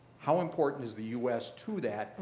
how important is the us to that,